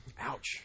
Ouch